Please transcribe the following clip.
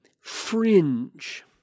fringe